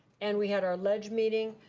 and we had our ledge meeting.